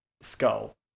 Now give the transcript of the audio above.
skull